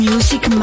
Music